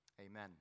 Amen